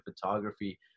photography